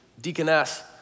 deaconess